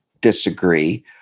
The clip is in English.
disagree